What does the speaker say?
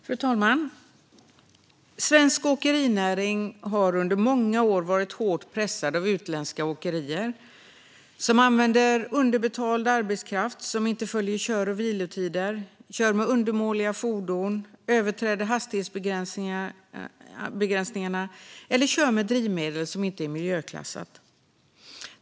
Fru talman! Svensk åkerinäring har under många år varit hårt pressad av utländska åkerier som använder underbetald arbetskraft, inte följer kör och vilotider, kör med undermåliga fordon, överträder hastighetsbegränsningarna eller kör med drivmedel som inte är miljöklassat.